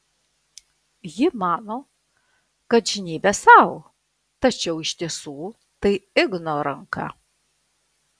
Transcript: ji mano kad žnybia sau tačiau iš tiesų tai igno ranka